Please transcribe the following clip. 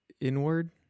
inward